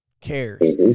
cares